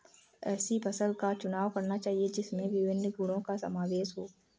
ऐसी फसल का चुनाव करना चाहिए जिसमें विभिन्न गुणों का समावेश हो